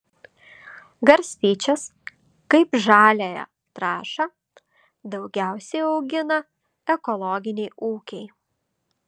garstyčias kaip žaliąją trąšą daugiausiai augina ekologiniai ūkiai